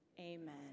amen